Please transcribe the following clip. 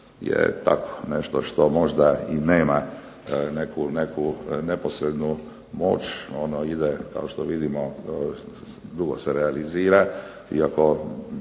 je tako nešto što možda nema neku neposrednu moć, ono ide kao što vidimo, dugo se realizira iako